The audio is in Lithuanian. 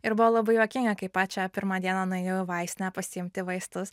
ir buvo labai juokinga kai pačią pirmą dieną nuėjau į vaistinę pasiimti vaistus